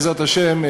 בעזרת השם,